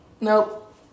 nope